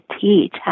teach